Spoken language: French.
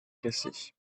cassé